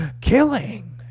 Killing